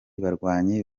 barwanyi